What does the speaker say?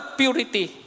purity